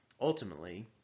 ultimately